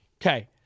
Okay